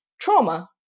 trauma